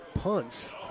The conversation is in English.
punts